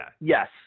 Yes